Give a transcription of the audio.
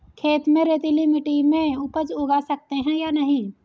खेत में रेतीली मिटी में उपज उगा सकते हैं या नहीं?